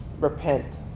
repent